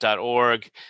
org